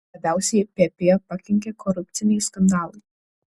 labiausiai pp pakenkė korupciniai skandalai